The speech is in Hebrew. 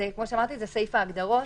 כמו שאמרתי, זה סעיף ההגדרות.